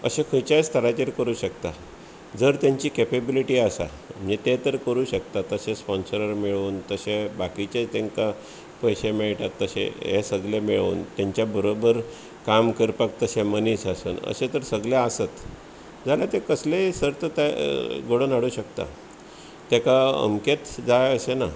अश्या खंयच्याय स्थराचेर करुं शकता जर तेंची केपेबलिटी आसात म्हणजे ते तर करुंक शकतात अशें स्पोन्सरर मेळून तशें बाकीचे तेंका पयशें मेळटात तशें हे सगळें मेळोन तेंच्या बरोबर काम करपाक तशें मनीस आसात अशें जर सगळे आसत जाल्यार ते कसलेंय सर्त घडोन हाडूंक शकतां तेका अमकेंच जाय अशें ना